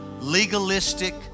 legalistic